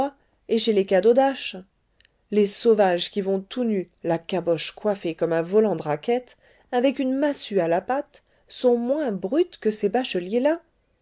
et chez les cadodaches les sauvages qui vont tout nus la caboche coiffée comme un volant de raquette avec une massue à la patte sont moins brutes que ces bacheliers là